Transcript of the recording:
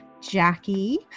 Jackie